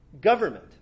government